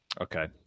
okay